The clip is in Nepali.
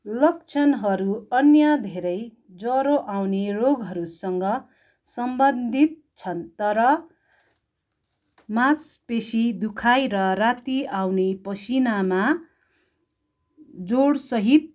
लक्षणहरू अन्य धेरै ज्वरो आउने रोगहरूसँग सम्बन्धित छन् तर मांसपेसी दुखाइ र राति आउने पसिनामा जोडसहित